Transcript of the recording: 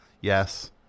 yes